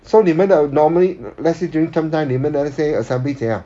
so 你们的 normally let's say during term time 你们的那些 assembly 怎样